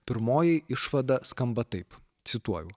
pirmoji išvada skamba taip cituoju